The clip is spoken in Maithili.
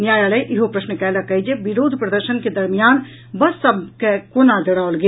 न्यायालय इहो प्रश्न कयलक अछि जे विरोध प्रदर्शन के दरमियान बस सभ के कोना जराओल गेल